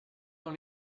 dans